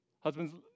husbands